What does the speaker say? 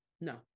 No